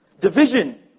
Division